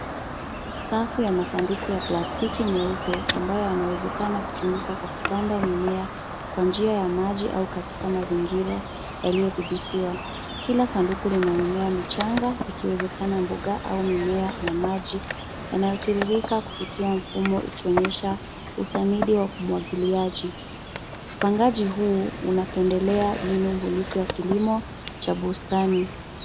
Safu ya masanduku ya plastiki nyeupe ambayo yanawezekana kutumika kwa kupanda mimea kwa njia ya maji au katika mazingira yaliyo dhibitiwa. Kila sanduku lina mimea michanga ikiwezekana mboga au mimea na maji yanayotiririka kupitia mfumo ikionyesha usanidi wa umwagiliaji. Upandaji huu unapendelea mbinu bunifu ya kilimo cha bustani.